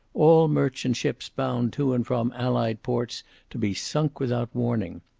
all merchant-ships bound to and from allied ports to be sunk without warning!